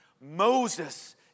Moses